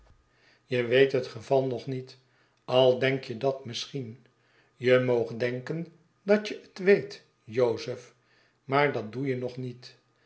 jeweet het geval nog niet al denk je dat misschien je moogt denken dat je het weet jozef maar dat doe je nog niet